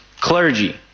clergy